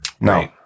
No